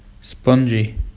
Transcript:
spongy